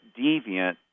deviant